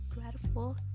grateful